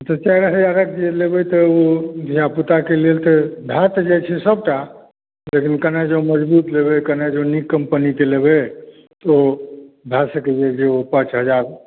तऽ चारि हजारक जे लेबै तऽ ओ धिआ पूताके लेल तऽ भै तऽ जाइत छै सभटा लेकिन कनि जे मजबूत लेबै कनि जँ नीक कम्पनीके लेबै तऽ भए सकैया जे ओ पाँच हजार